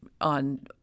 on